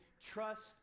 trust